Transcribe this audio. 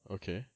okay